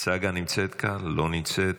לא נמצאת,